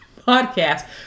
podcast